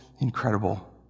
incredible